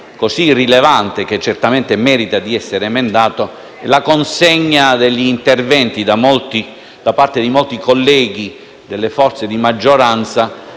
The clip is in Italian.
così rilevante, che certamente merita di essere emendato, e la consegna degli interventi da parte di molti colleghi delle forze di maggioranza